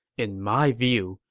in my view,